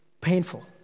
painful